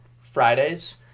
Fridays